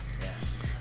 Yes